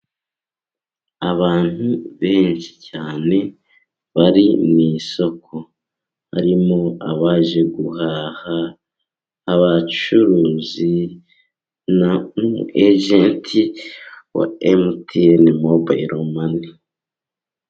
Abantu benshi cyane bari mu isoko, harimo abaje guhaha, abacuruzi n'umuyejenti wa MTN mobayilo mani.